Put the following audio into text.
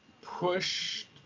pushed